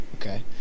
Okay